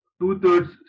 Two-thirds